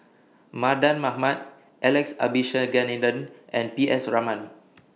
Mardan Mamat Alex Abisheganaden and P S Raman